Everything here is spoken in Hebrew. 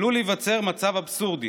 עלול להיווצר מצב אבסורדי,